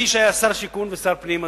כמי שהיה שר השיכון ושר הפנים,